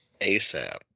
ASAP